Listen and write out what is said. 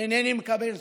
אינני מקבל זאת.